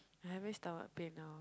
I'm having stomach pain now